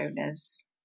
owners